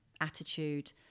attitude